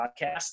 podcast